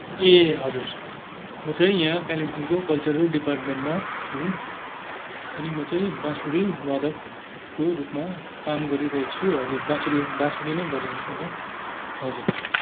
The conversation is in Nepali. ए हजुर म चाहिँ यहाँ कालिम्पोङको कल्चरल डिपार्टमेन्टमा छु अनि म चाहिँ बाँसुरी वादकको रूपमा काम गरिरहेको छु हजुर बाँसुरी बाँसुरी नै बजाउँछु म हजुर